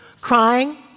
crying